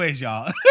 y'all